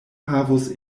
havus